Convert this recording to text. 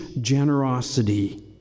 generosity